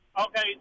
Okay